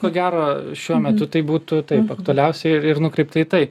ko gero šiuo metu tai būtų taip aktualiausia ir ir nukreipta į tai